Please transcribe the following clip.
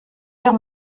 l’air